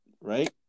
Right